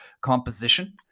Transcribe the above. composition